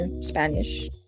Spanish